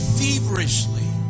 feverishly